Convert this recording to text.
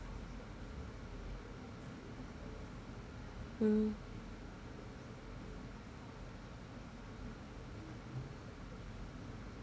mm